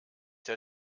der